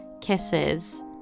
kisses